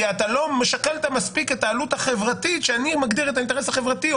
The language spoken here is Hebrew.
אתה לא שקלת מספיק את העלות החברתית שאני מגדיר את האינטרס החברתי.